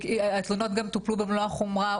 התלונות גם טופלו במלוא החומרה,